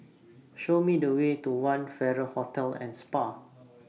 Show Me The Way to one Farrer Hotel and Spa